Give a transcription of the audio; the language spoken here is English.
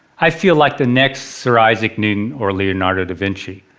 i feel like the next sir isaac newton or leonardo da vinci.